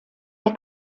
der